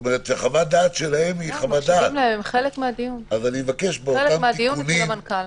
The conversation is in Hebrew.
הם חלק מהדיון אצל המנכ"ל.